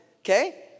okay